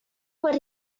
what